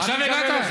עכשיו הגעת?